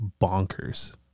bonkers